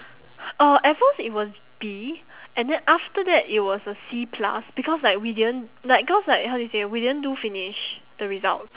uh at first it was B and then after that it was a C plus because like we didn't like cause like how do you say we didn't do finish the result~